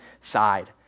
side